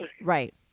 Right